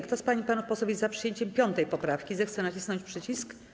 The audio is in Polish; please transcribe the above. Kto z pań i panów posłów jest za przyjęciem 5. poprawki, zechce nacisnąć przycisk.